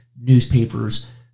newspapers